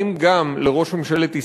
האם גם לראש ממשלת ישראל,